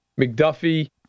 McDuffie